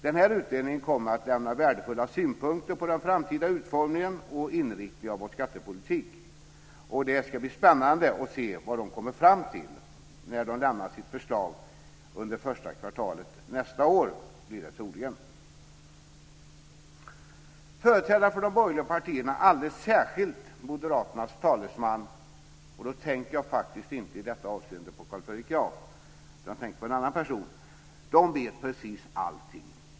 Den här utredningen kommer att lämna värdefulla synpunkter på den framtida utformningen och inriktningen av vår skattepolitik. Och det ska bli spännande att se vad den kommer fram till när den avlämnar sitt förslag, troligen under första kvartalet nästa år. Företrädarna för de borgerliga partierna, och alldeles särskilt moderaternas talesman - i detta avseende tänker jag inte på Carl Fredrik Graf utan på en annan person - vet precis allting.